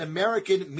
American